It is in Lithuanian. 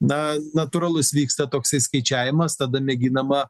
na natūralus vyksta toksai skaičiavimas tada mėginama